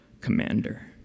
commander